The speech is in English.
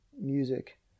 music